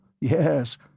yes